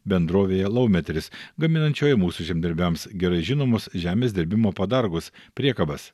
bendrovėje laumetris gaminančioje mūsų žemdirbiams gerai žinomus žemės dirbimo padargus priekabas